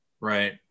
right